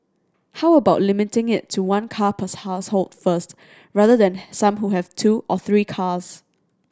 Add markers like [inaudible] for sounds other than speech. how about limiting it to one car per [unintelligible] household first rather than some who have two or three cars